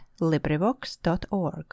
LibriVox.org